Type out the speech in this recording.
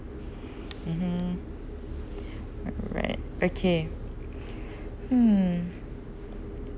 mmhmm alright okay mm